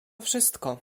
wszystko